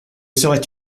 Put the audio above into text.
serait